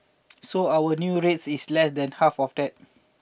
so our new rate is less than half of that